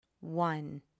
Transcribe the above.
one